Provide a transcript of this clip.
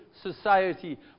society